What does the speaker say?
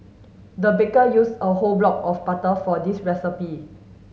the baker used a whole block of butter for this recipe